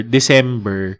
December